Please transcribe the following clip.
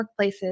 workplaces